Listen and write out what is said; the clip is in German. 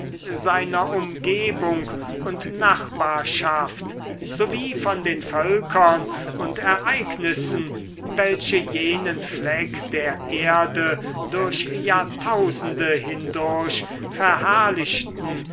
seiner umgebung und nachbarschaft sowie von den völkern und ereignissen welche jenen fleck der erde durch jahrtausende hindurch